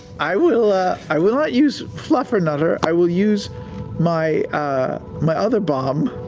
i will ah i will not use fluffernutter. i will use my my other bomb,